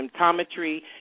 symptometry